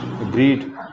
Agreed